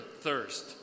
thirst